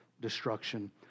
destruction